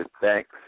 Thanks